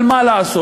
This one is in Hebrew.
אבל מה לעשות,